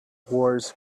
wars